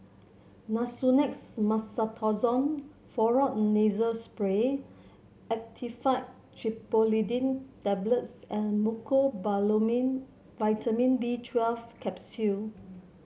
Nasonex Mometasone Furoate Nasal Spray Actifed Triprolidine Tablets and Mecobalamin Vitamin B twelve Capsule